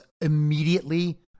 immediately